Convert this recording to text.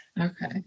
Okay